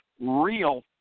real